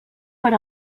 per